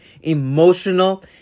emotional